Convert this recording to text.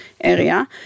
area